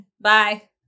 Bye